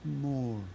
more